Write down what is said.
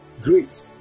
great